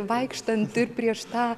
vaikštant ir prieš tą